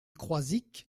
croizic